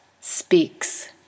speaks